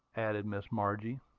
added miss margie.